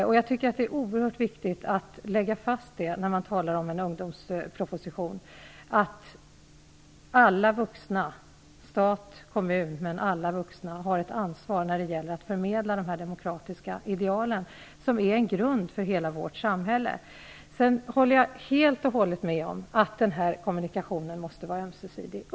Jag tycker att det är oerhört viktigt att lägga fast det när man talar om en ungdomsproposition. Alla vuxna, inte bara stat och kommun, har ett ansvar när det gäller att förmedla de demokratiska idealen som utgör en grund för hela vårt samhälle. Jag håller helt och hållet med om att denna kommunikation måste vara ömsesidig.